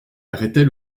arrêtait